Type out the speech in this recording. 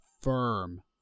firm